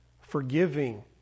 forgiving